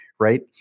Right